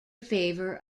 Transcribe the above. favor